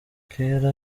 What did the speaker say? kera